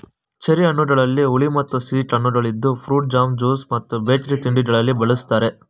cherry ಹಣ್ಣುಗಳಲ್ಲಿ ಹುಳಿ ಮತ್ತು ಸಿಹಿ ಕಣ್ಣುಗಳಿದ್ದು ಫ್ರೂಟ್ ಜಾಮ್, ಜ್ಯೂಸ್ ಮತ್ತು ಬೇಕರಿ ತಿಂಡಿಗಳಲ್ಲಿ ಬಳ್ಸತ್ತರೆ